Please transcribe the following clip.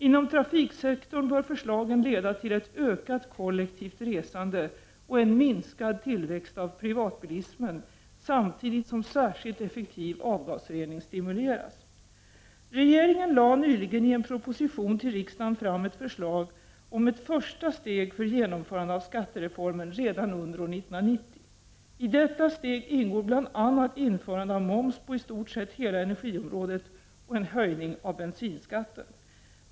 Inom trafiksektorn bör förslagen leda till ett ökat kollektivt resande och en minskad tillväxt av privatbilismen, samtidigt som särskilt effektiv avgasrening stimuleras. Regeringen lade nyligen i en proposition till riksdagen fram ett förslag om ett första steg för genomförande av skattereformen redan under år 1990. I detta steg ingår bl.a. införande av moms på i stort sett hela energiområdet och en höjning av bensinskatten.